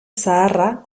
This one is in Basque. zaharra